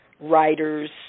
Writers